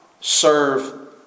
serve